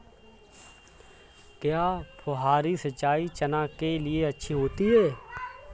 क्या फुहारी सिंचाई चना के लिए अच्छी होती है?